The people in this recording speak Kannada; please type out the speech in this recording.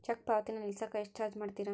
ಚೆಕ್ ಪಾವತಿನ ನಿಲ್ಸಕ ಎಷ್ಟ ಚಾರ್ಜ್ ಮಾಡ್ತಾರಾ